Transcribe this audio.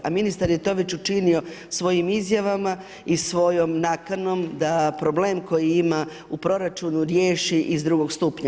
A ministar je to već učinio svojim izjavama i svojom nakanom da problem koji ima u proračunu riješi iz drugog stupnja.